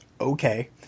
okay